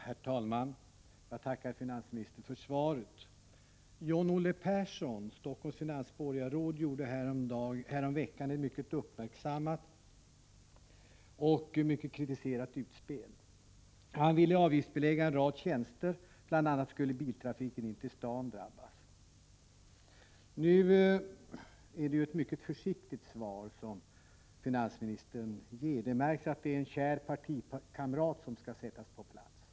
Herr talman! Jag tackar finansministern för svaret. John-Olle Persson, Helsingforss finansborgarråd, gjorde häromveckan ett mycket uppmärksammat och kritiserat utspel. Han ville avgiftsbelägga en rad tjänster — bl.a. skulle biltrafiken in till staden drabbas. Det är ett mycket försiktigt svar som finansministern ger. Det märks att det är en kär partikamrat som skall sättas på plats.